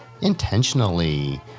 intentionally